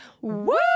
Woo